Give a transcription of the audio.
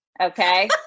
Okay